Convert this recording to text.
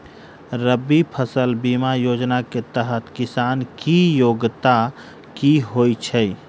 रबी फसल बीमा योजना केँ तहत किसान की योग्यता की होइ छै?